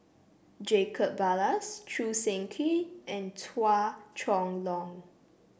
Jacob Ballas Choo Seng Quee and Chua Chong Long